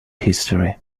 history